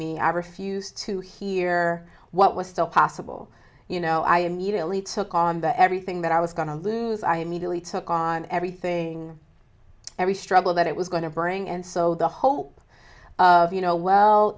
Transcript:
i refused to hear what was still possible you know i immediately took on the everything that i was going to lose i immediately took on everything every struggle that it was going to bring and so the hope of you know well